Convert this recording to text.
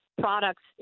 products